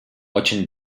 очень